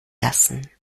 lassen